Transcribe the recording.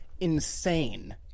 insane